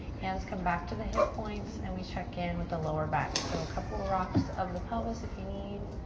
hands come back to the hip points and we check in with the lower back. so a couple rocks of the pelvis if you need.